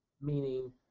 Meaning